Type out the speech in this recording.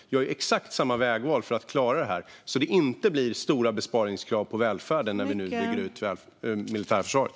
Vi har exakt samma vägval för att klara detta så att det inte blir stora besparingskrav på välfärden när vi nu bygger ut det militära försvaret.